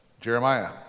Jeremiah